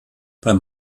beim